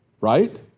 right